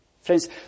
Friends